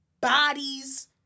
bodies